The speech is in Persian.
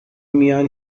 میان